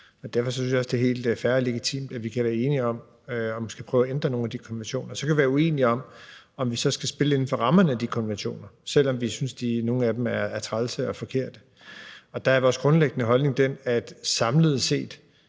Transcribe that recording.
derfor synes jeg også, det er helt fair og legitimt, at vi kan være enige om måske at prøve at ændre nogle af de konventioner. Så kan vi være uenige om, om vi så skal spille inden for rammerne af de konventioner, selv om vi synes nogle af dem er trælse og forkerte. Der er vores grundlæggende holdning den, at danskerne